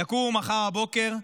יקומו מחר בבוקר,